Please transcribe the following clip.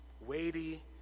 Weighty